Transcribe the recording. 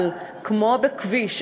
אבל כמו בכביש,